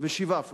ושבעה פרילנסרים.